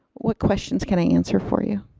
what questions can i answer for you?